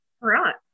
right